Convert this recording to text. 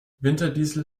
winterdiesel